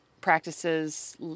practices